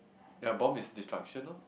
ya bomb is destruction lor